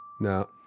No